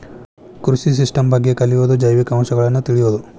ಕೃಷಿ ಸಿಸ್ಟಮ್ ಬಗ್ಗೆ ಕಲಿಯುದು ಜೈವಿಕ ಅಂಶಗಳನ್ನ ತಿಳಿಯುದು